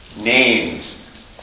Names